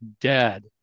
dead